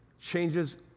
changes